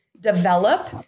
develop